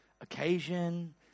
occasion